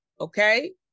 Okay